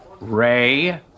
ray